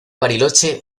bariloche